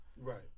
Right